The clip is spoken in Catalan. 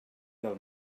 del